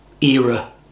era